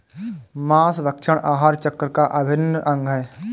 माँसभक्षण आहार चक्र का अभिन्न अंग है